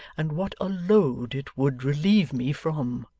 and what a load it would relieve me from